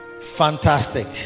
Fantastic